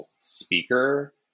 speaker